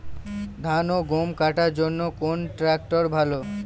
ধান ও গম কাটার জন্য কোন ট্র্যাক্টর ভালো?